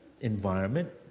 environment